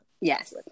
Yes